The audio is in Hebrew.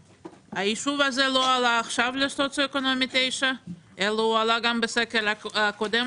היישוב הזה לא עלה עכשיו לסוציו-אקונומי 9 אלא גם בסקר הקודם,